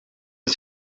een